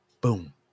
Boom